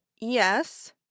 Yes